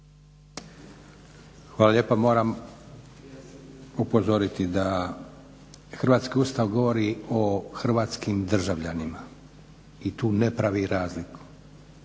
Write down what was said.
Hvala lijepa. Moram upozoriti da hrvatski Ustav govori o hrvatskim državljanima i tu ne pravi razliku.